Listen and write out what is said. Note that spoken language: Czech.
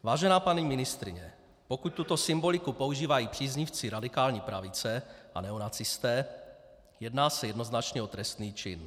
Vážená paní ministryně, pokud tuto symboliku používají příznivci radikální pravice a neonacisté, jedná se jednoznačně o trestný čin.